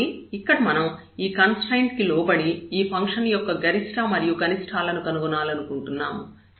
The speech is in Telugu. కాబట్టి ఇక్కడ మనం ఈ కన్స్ట్రయిన్ట్ కి లోబడి ఈ ఫంక్షన్ యొక్క గరిష్టం మరియు కనిష్టాలను కనుగొనాలనుకుంటున్నాము